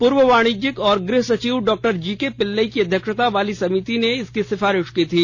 पूर्व वाणिज्य और गृह सचिव डॉ जीके पिल्लई की अध्यक्षता वाली समिति ने इसकी सिफारिश की थी